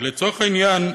ולצורך העניין,